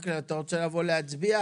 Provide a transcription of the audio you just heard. מקלב, אתה רוצה לבוא להצביע?